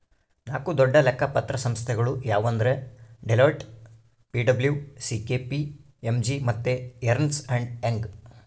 ನಾಕು ದೊಡ್ಡ ಲೆಕ್ಕ ಪತ್ರ ಸಂಸ್ಥೆಗುಳು ಯಾವಂದ್ರ ಡೆಲೋಯ್ಟ್, ಪಿ.ಡಬ್ಲೂ.ಸಿ.ಕೆ.ಪಿ.ಎಮ್.ಜಿ ಮತ್ತೆ ಎರ್ನ್ಸ್ ಅಂಡ್ ಯಂಗ್